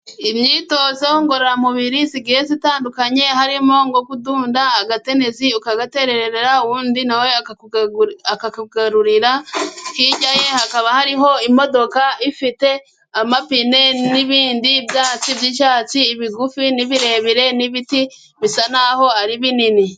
Imyitozo ngororamubiri igiye itandukanye, harimo nko kudunda agatenesi ukagaterera uwundi na we akakaugarurira, hirya ye hakaba hariho imodoka ifite amapine, n'ibindi byatsi by'icyatsi bigufi n'ibirebire n'ibiti bisa n'aho ari binini.